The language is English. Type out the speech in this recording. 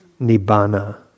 Nibbana